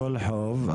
כל חוב.